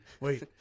Wait